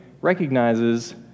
recognizes